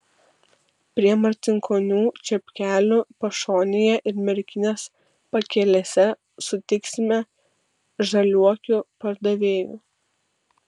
prie marcinkonių čepkelių pašonėje ir merkinės pakelėse sutiksime žaliuokių pardavėjų